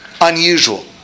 unusual